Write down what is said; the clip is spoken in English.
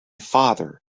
father